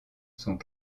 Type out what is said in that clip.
sont